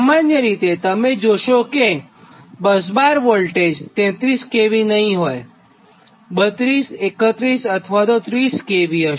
સામાન્ય રીતે તમે જોશો કે બસબાર વોલ્ટેજ ૩૩ kV નહિં હોય 32 31 અથવા તો 30 kV હશે